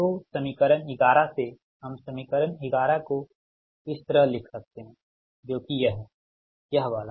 तो समीकरण 11 से हम समीकरण 11 को इस तरह लिख सकते हैं जो कि यह है यह वाला